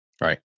Right